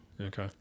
Okay